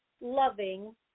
loving